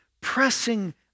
Pressing